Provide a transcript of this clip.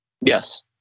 Yes